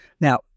Now